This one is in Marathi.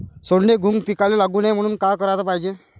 सोंडे, घुंग पिकाले लागू नये म्हनून का कराच पायजे?